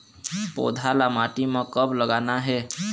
पौधा ला माटी म कब लगाना हे?